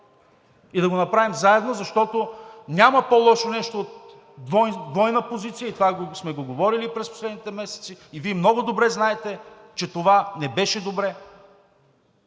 И да го направим заедно, защото няма по-лошо нещо от двойна позиция – това сме го говорили през последните месеци и Вие много добре знаете, че това не беше добре.